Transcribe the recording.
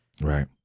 Right